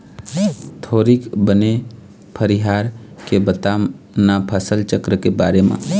थोरिक बने फरियार के बता न फसल चक्र के बारे म